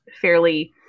fairly